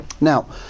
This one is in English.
Now